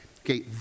Okay